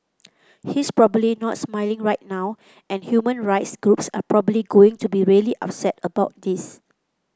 he's probably not smiling right now and human rights groups are probably going to be really upset about this